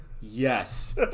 Yes